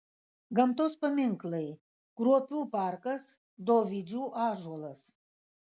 gamtos paminklai kruopių parkas dovydžių ąžuolas